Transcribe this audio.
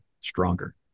stronger